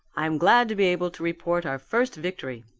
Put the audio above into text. i am glad to be able to report our first victory.